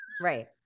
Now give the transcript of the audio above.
Right